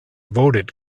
voted